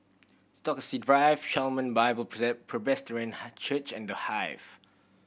Stokesay Drive Shalom Bible Presbyterian Church and The Hive